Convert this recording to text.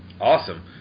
Awesome